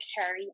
carry